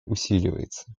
усиливается